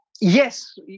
Yes